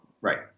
Right